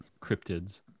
cryptids